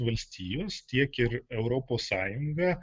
valstijos tiek ir europos sąjunga